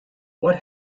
what